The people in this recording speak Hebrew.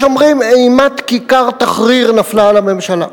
יש אומרים: אימת כיכר תחריר נפלה על הממשלה,